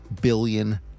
billion